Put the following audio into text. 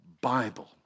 Bible